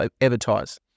advertise